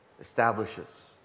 Establishes